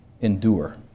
Endure